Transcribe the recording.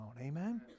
Amen